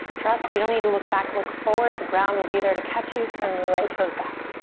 trust, you don't need to look back, look forward. the ground will be there to catch you. send your right toes back,